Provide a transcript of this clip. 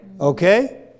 Okay